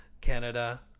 Canada